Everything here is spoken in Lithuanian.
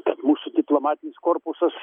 kad mūsų diplomatinis korpusas